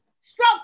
Stroke